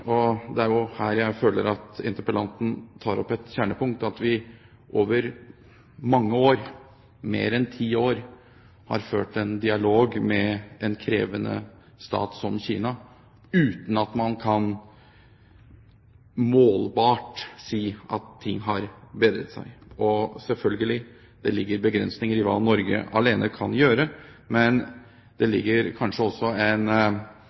og det er her jeg føler at interpellanten tar opp et kjernepunkt – når vi over mange år, mer enn ti år, har ført en dialog med en krevende stat som Kina uten at man kan si at ting målbart har bedret seg. Det ligger selvfølgelig begrensninger i hva Norge alene kan gjøre, men det må kanskje også ligge en